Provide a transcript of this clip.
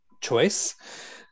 choice